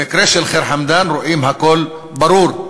במקרה של ח'יר חמדאן רואים הכול ברור.